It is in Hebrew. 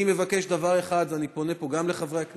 אני מבקש דבר אחד, ואני פונה פה גם לחברי הכנסת,